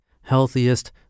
healthiest